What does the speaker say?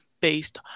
based